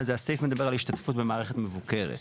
הסעיף מדבר על השתתפות במערכת מבוקרת.